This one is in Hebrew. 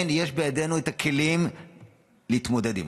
כן, יש בידינו, הכלים להתמודד עימו.